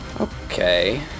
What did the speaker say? Okay